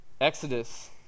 Exodus